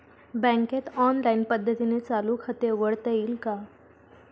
बँकेत ऑनलाईन पद्धतीने चालू खाते उघडता येईल का?